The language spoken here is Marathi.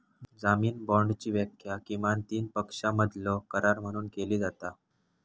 जामीन बाँडची व्याख्या किमान तीन पक्षांमधलो करार म्हणून केली जाता